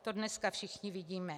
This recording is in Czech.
To dneska všichni vidíme.